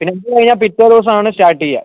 പിന്നെ അതു കഴിഞ്ഞാൽ പിറ്റേ ദിവസമാണ് സ്റ്റാർട്ട് ചെയ്യുക